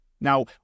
Now